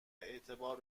اعتبار